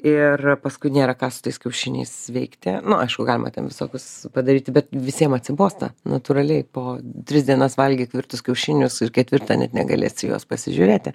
ir paskui nėra ką su tais kiaušiniais veikti na aišku galima ten visokius padaryti bet visiems atsibosta natūraliai po tris dienas valgyt virtus kiaušinius ir ketvirtą net negalėsi jos pasižiūrėti